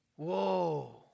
Whoa